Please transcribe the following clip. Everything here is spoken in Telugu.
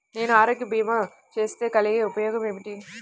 నేను ఆరోగ్య భీమా చేస్తే కలిగే ఉపయోగమేమిటీ?